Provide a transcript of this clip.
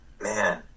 man